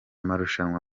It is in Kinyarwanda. marushanwa